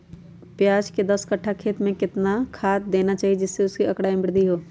प्याज के दस कठ्ठा खेत में कितना खाद देना चाहिए जिससे उसके आंकड़ा में वृद्धि हो?